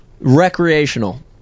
recreational